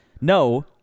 No